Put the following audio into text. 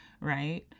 right